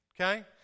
Okay